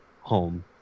home